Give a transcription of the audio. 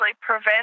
prevent